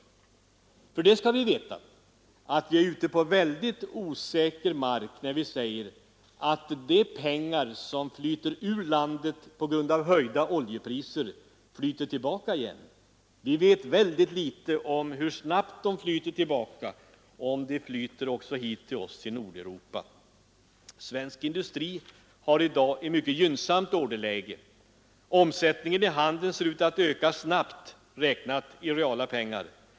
För det skall vi veta, att vi är ute på väldigt osäker mark när vi säger att de pengar som flyter ur landet på grund av höjda oljepriser flyter tillbaka igen. Vi vet väldigt litet om hur snabbt de flyter tillbaka, och om de också flyter hit till oss i Nordeuropa. Svensk industri har i dag ett mycket gynnsamt orderläge. Omsättningen i handeln ser ut att öka snabbt, räknat i reala pengar.